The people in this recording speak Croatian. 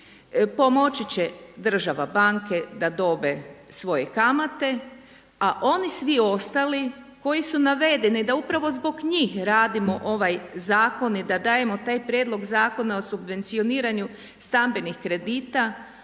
pomoći će država, banke da dobe svoje kamate a oni svi ostali koji su navedeni da upravo zbog njih radimo ovaj zakon i da dajemo taj prijedlog zakona o subvencioniranju stambenih kredita